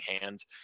hands